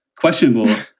questionable